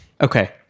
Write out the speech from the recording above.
okay